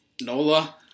NOLA